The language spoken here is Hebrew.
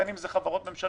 בין אם זה חברות ממשלתיות,